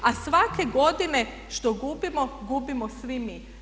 A svake godine što gubimo, gubimo svi mi.